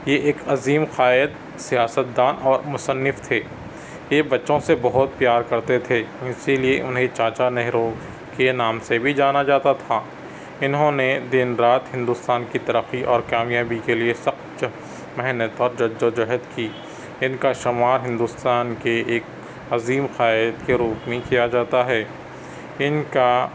یہ ایک عظیم قائد سیاست دان اور مصّنف تھے یہ بچوں سے بہت پیار کرتے تھے اُسی لئے انہیں چاچا نہرو کے نام سے بھی جانا جاتا تھا اِنہوں نے دِن رات ہندوستان کی ترقی اور کامیابی کے لئے سخت سخت محنت اور جد و جہد کی اِن کا شمار ہندوستان کے ایک عظیم قائد کے روپ میں کیا جاتا ہے اِن کا